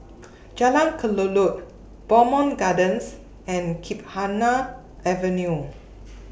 Jalan Kelulut Bowmont Gardens and Gymkhana Avenue